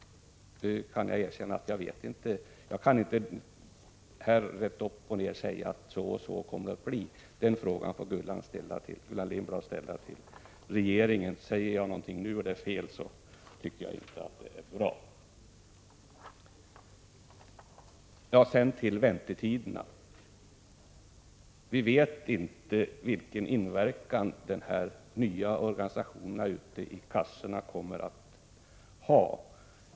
Jag måste då erkänna att jag inte vet det. Jag kan inte utan vidare stå här och säga att det kommer att bli si eller så. Gullan Lindblad får därför ställa sin fråga till regeringen. Om jag säger någonting nu och det är fel, vore det ju inte bra. Sedan till frågan om väntetiderna. Vi vet inte hur den nya organisationen kommer att påverka kassorna.